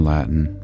Latin